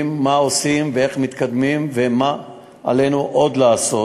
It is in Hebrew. מה עושים ואיך מתקדמים ומה עלינו עוד לעשות.